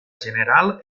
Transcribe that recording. general